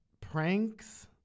Pranks